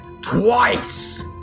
TWICE